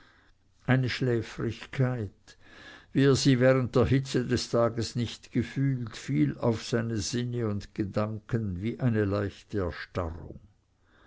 eine schläfrigkeit wie er sie während der hitze des tages nicht gefühlt fiel auf seine sinne und gedanken wie eine leichte erstarrung